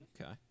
Okay